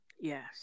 Yes